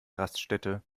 raststätte